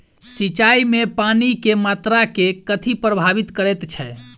सिंचाई मे पानि केँ मात्रा केँ कथी प्रभावित करैत छै?